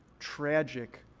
tragic